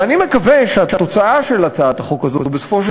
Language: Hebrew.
ואני מקווה שהתוצאה של הצעת החוק הזאת בסופו של